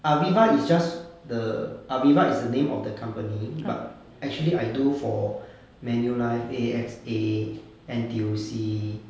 aviva is just the aviva is the name of the company but actually I do for manulife axa N_T_U_C